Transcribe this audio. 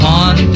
on